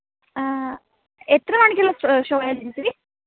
ആ എത്ര മണിക്കുള്ള ഷോ ആണ് ജിൻസീ